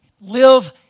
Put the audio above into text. Live